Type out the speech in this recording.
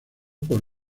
por